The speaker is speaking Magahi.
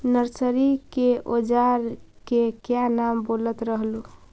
नरसरी के ओजार के क्या नाम बोलत रहलू?